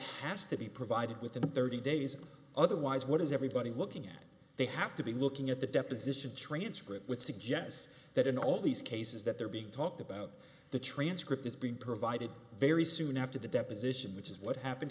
has to be provided with the thirty days otherwise what is everybody looking at they have to be looking at the deposition transcript which suggests that in all these cases that they're being talked about the transcript is being provided very soon after the deposition which is what happened